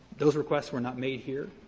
those requests were not made here.